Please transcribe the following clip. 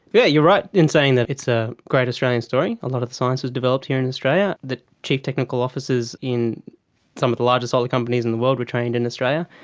yeah you're right in saying that it's a great australian story, a lot of the science was developed here in australia. the chief technical officers in some of the largest solar companies in the world were trained in australia.